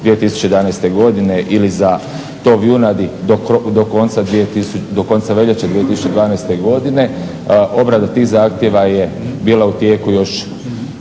21.12.2011.godine ili za tov junadi do konca veljače 2012.godine obrada tih zahtjeva je bila u tijeku još